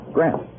Grant